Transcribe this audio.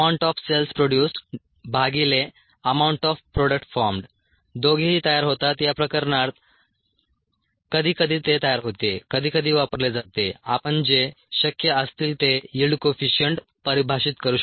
Yxpamountofcellsproducedamountofproductformed दोघेही तयार होतात या प्रकरणात कधीकधी ते तयार होते कधीकधी वापरले जाते आपण जे शक्य असतील ते यील्ड कोइफिशिअंट परिभाषित करू शकता